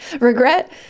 regret